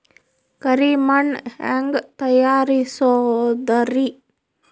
ಕರಿ ಮಣ್ ಹೆಂಗ್ ತಯಾರಸೋದರಿ?